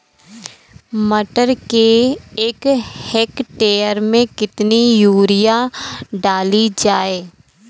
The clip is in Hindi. मटर के एक हेक्टेयर में कितनी यूरिया डाली जाए?